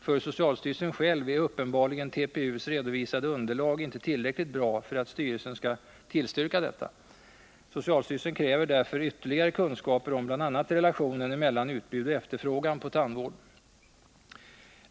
För socialstyrelsen själv är uppenbarligen TPU:s redovisade underlag inte tillräckligt bra för att styrelsen skall tillstyrka detta. Socialstyrelsen kräver därför ytterligare kunskaper om bl.a. relationen mellan utbud och efterfrågan på tandvård.